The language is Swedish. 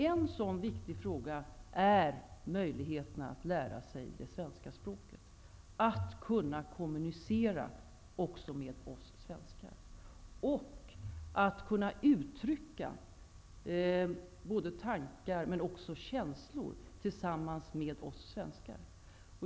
En sådan viktig fråga är möjligheterna att lära sig det svenska språket, att kunna kommunicera också med oss svenskar och att kunna uttrycka inte bara tankar, utan också känslor tillsammans med oss svenskar.